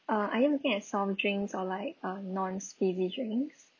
uh are you looking at soft drinks or like uh non fizzy drinks